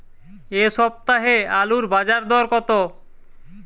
এ সপ্তাহে আলুর বাজার দর কত?